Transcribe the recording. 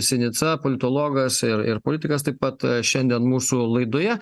sinica politologas ir ir politikas taip pat šiandien mūsų laidoje